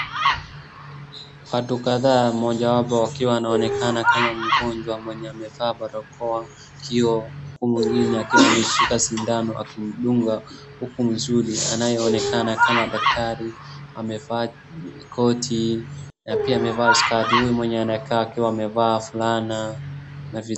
Watu kadhaa, mojawapo wakiwa anaonekana kama mgonjwa mwenye amevaa barokoa, kioo, huku mwingine akiwa ameshika sindano akimdunga. Huku mzuri anayeonekana kama daktari amevaa koti na pia amevaa skati. Huyu mwenye anakaa akiwa amevaa fulana na vi.